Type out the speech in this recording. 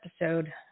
episode